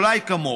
אולי כמוך.